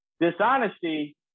Dishonesty